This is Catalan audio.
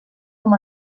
com